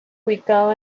ubicado